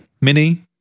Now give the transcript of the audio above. mini